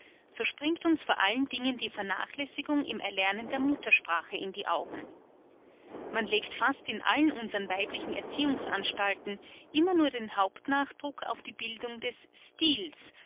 so springt uns vor allen dingen die vernachlässigung im erlernen der muttersprache in die augen man legt fast in allen unsern weiblichen erziehungsanstalten immer nur den hauptnachdruck auf die bildung des styls